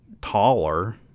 taller